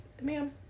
Ma'am